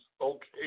okay